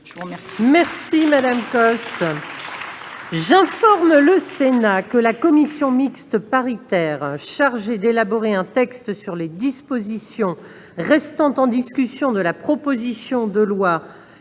de faire Nation ! J'informe le Sénat que la commission mixte paritaire chargée d'élaborer un texte sur les dispositions restant en discussion de la proposition de loi